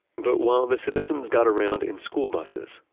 but while the citizens got around in school buses,